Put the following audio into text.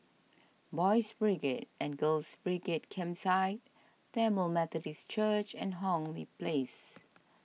Boys' Brigade and Girls' Brigade Campsite Tamil Methodist Church and Hong Lee Place